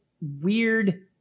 weird